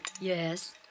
Yes